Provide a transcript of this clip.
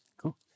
Cool